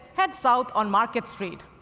head south on market street.